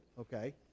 okay